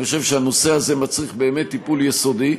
אני חושב שהנושא הזה מצריך באמת טיפול יסודי.